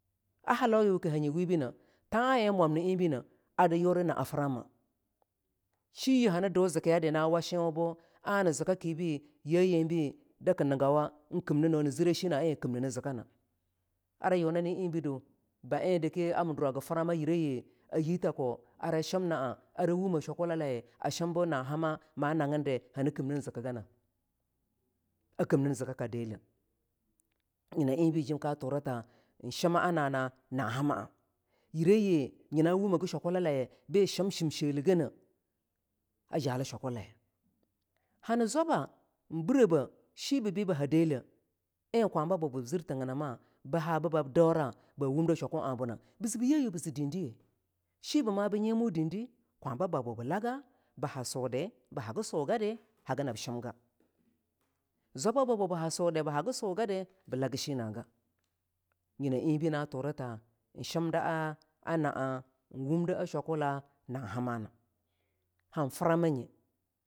a hawe ka hange webbine than en momni enbine era yuri naa frama shiye hani due zikiya da na wa shiwa ana zikikibe ya yembe da kii ngawa en kimnono nii zire shina en kimnine zikana ara yuneni enbe du ba en dake ami dora frama yireyi a yii tako ara shimna a ara wume shwakulalaye a shimdu na hama ma nagindi hani kimnin ziki gana a kiminin zikaka deleh nyina enbe jimka turita en shima a na na nii hamai yireyi nyina wume gishiwakulaya bii shim shim sheligana a jali shwakula laye hani zwaba en bire be shibe bi ba ha deleh en kwababu bii zir hinginama be ha bibab daura ba wumde da shwaku abuna bii zee bii yeyu bize dindiwe shibe ma be nyimu dindi kwa bababo bii laga ba ha su de ba hagi su gade hagi nab hagi gadi bi shimga bi kurwo ana na shimdi ki dikson ba dikson a dwa a yun hamo nane zika ko a jimne a deleh a jonko han mondira jimne ya en ki fira baa hagana dicson a jib jwalo a jib jwalo a zuwa a ba mwam thala le nyina zwaba naba shwa yuwo na nab shire shimshele a dami naba marira nana zwab bii larana no ana zika ka deleh ka zwali wani ta yambawa dunye mokiriye en mkiri thingina mani zeh bikim bii zika ko deleh en yun hamaka kwabya zu da en bungi yayu ganeh ha nane enbe zwayi a yi tako a shi nana a shimna en hagama hani zuda ban nagin gurele ara nagin gurelde an ziki ya dawan dawe yuwoh kwabya zuda hagi bama dawa shi shim niga